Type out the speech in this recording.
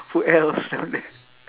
who else down there